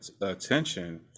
attention